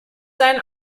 sein